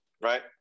right